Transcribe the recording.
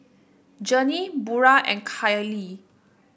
Journey Burrel and Kali